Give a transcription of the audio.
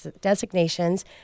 designations